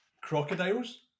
Crocodiles